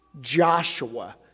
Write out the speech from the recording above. Joshua